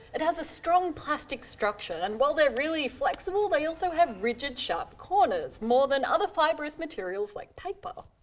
it has a strong plastic structure and while they're really flexible they also have rigid, sharp corners more so than other fibrous materials like paper.